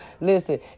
Listen